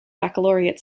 baccalaureate